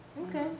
okay